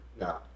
No